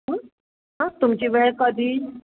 हं हां तुमची वेळ कधी